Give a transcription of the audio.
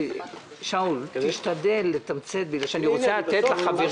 שאול, תשתדל לתמצת, בגלל שאני רוצה לתת לחברים.